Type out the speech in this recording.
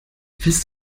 willst